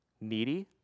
needy